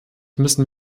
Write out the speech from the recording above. müssen